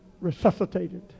resuscitated